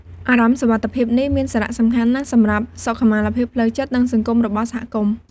អារម្មណ៍សុវត្ថិភាពនេះមានសារៈសំខាន់ណាស់សម្រាប់សុខុមាលភាពផ្លូវចិត្ត និងសង្គមរបស់សហគមន៍។